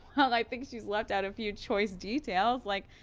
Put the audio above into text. well i think she's left out a few choice details, like,